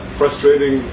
frustrating